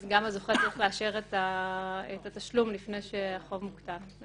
גם הזוכה צריך לאשר את התשלום לפני שהחוב יוקטן,